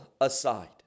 aside